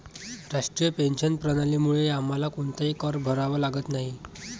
राष्ट्रीय पेन्शन प्रणालीमुळे आम्हाला कोणताही कर भरावा लागत नाही